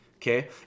Okay